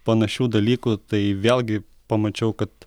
panašių dalykų tai vėlgi pamačiau kad